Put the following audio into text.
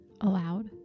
aloud